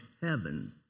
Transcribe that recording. heaven